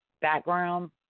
background